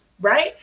right